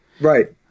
Right